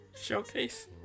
Showcase